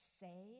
say